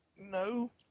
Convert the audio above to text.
No